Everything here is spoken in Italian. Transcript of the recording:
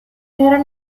era